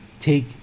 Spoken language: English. take